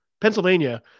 Pennsylvania